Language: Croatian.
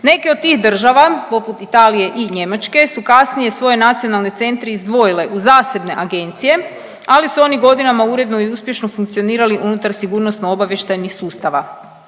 Neke od tih država poput Italije i Njemačke su kasnije svoje nacionalne centre izdvojile u zasebne agencije, ali su oni godinama uredno i uspješno funkcionirali unutar sigurnosno obavještajnih sustava.